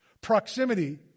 Proximity